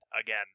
again